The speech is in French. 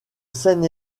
seine